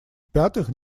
пятых